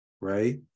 right